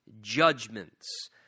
judgments